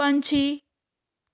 ਪੰਛੀ